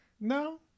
No